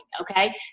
okay